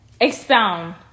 Expound